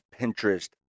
pinterest